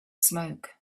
smoke